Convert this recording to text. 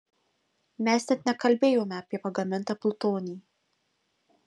mes net nekalbėjome apie pagamintą plutonį